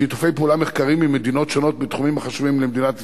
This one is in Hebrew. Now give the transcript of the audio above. שיתופי פעולה מחקריים עם מדינות שונות בתחומים החשובים למדינת ישראל.